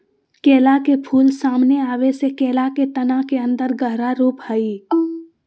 केला के फूल, सामने आबे से केला के तना के अन्दर गहरा रूप हइ